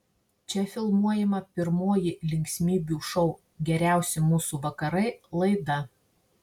čia filmuojama pirmoji linksmybių šou geriausi mūsų vakarai laida